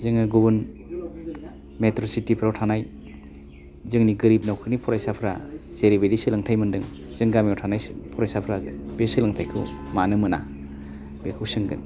जोङो गुबुन metro city फ्राव थानाय जोंनि गोरिब न'खरनि फरायसाफ्रा जेरैबायदि सोलोंथाइ मोन्दों जों गामियाव थानाय फरायसाफ्रा बे सोलोंथाइखौ मानो मोना बेखौ सोंगोन